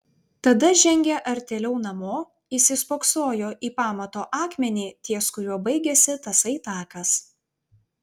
tada žengė artėliau namo įsispoksojo į pamato akmenį ties kuriuo baigėsi tasai takas